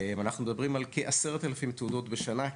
ואנחנו מדברים על כ-10,000 תעודות שנה,